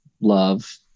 love